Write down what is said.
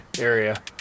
area